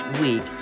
week